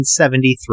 1973